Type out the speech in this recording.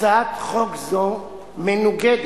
הצעת חוק זו מנוגדת